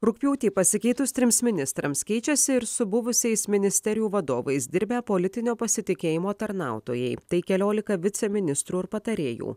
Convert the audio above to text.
rugpjūtį pasikeitus trims ministrams keičiasi ir su buvusiais ministerijų vadovais dirbę politinio pasitikėjimo tarnautojai tai keliolika viceministrų ir patarėjų